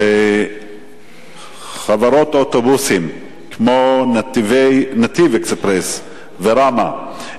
חברות אוטובוסים כמו "נתיב אקספרס" ו"רמה"